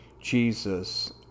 Jesus